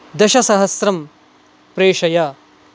दशसहस्रं प्रेषय